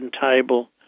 table